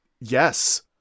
Yes